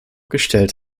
gestellt